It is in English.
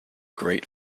great